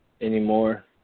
anymore